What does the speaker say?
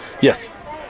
Yes